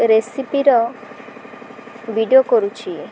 ରେସିପିର video କରୁଛି